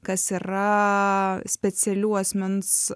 kas yra specialių asmens